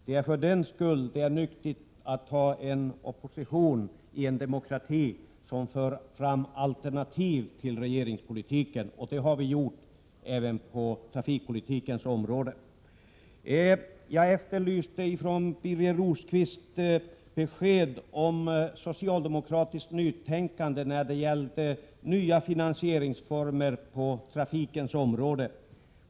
Det är för den skull det är nyttigt att i en demokrati ha en opposition, som för fram alternativ till regeringspolitiken, och det har vi gjort även på trafikpolitikens område. Jag efterlyste från Birger Rosqvist besked om socialdemokraternas nytänkande när det gäller nya finansieringsformer på trafikens område.